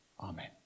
Amen